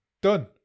done